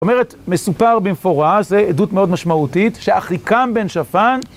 זאת אומרת, מסופר במפורש, זה עדות מאוד משמעותית, שאחיקם בן שפן...